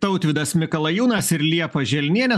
tautvydas mikalajūnas ir liepa želnienė